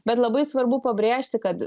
bet labai svarbu pabrėžti kad